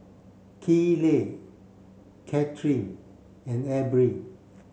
Kayleigh Cathryn and Abril